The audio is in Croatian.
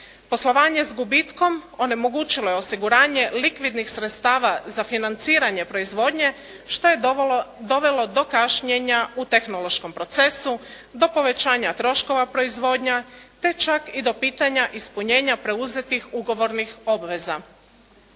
Poslovanje s gubitkom onemogućilo je osiguranje likvidnih sredstava za financiranje proizvodnje što je dovelo do kašnjenja u tehnološkom procesu, do povećanja troškova proizvodnje te čak i do pitanja ispunjenja preuzetih ugovornih obveza.